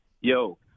Yo